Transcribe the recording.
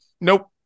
nope